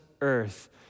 earth